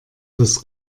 das